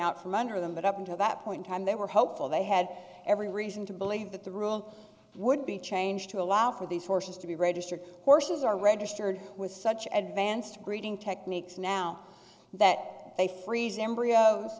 out from under them but up until that point time they were hopeful they had every reason to believe that the rule would be changed to allow for these horses to be registered horses are registered with such advantage greeting techniques now that they freeze embryos